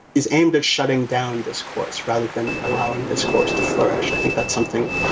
is aimed at shutting down discourse rather than allowing discourse to flourish. i think that's something,